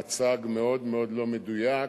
מצג מאוד מאוד לא מדויק.